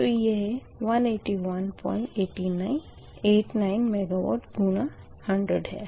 तो यह 18189 मेगावाट गुणा 100 है